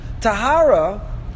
Tahara